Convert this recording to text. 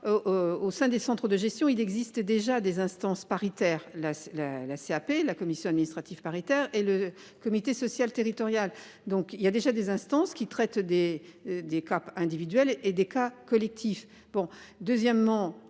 Au sein des. Centre de gestion, il existe déjà des instances paritaires. La la la CRP. La commission administrative paritaire et le comité social territorial, donc il y a déjà des instances qui traite des des caps individuels et des cas collectif.